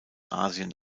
asien